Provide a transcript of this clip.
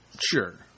Sure